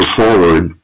forward